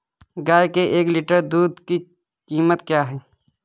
गाय के एक लीटर दूध की कीमत क्या है?